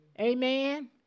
Amen